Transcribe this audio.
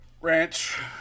Ranch